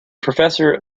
professor